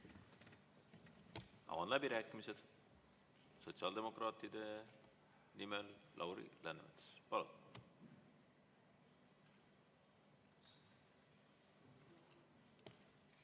Avan läbirääkimised. Sotsiaaldemokraatide nimel Lauri Läänemets, palun!